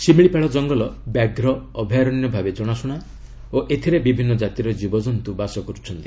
ଶିମିଳିପାଳ ଜଙ୍ଗଲ' ବ୍ୟାଘ୍ର ଅଭୟାରଣ୍ୟ ଭାବେ ଜଣାଶୁଣା ଓ ଏଥିରେ ବିଭିନ୍ନ ଜାତିର ଜୀବଜନ୍ତୁ ବାସ କରୁଛନ୍ତି